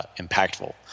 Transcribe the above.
impactful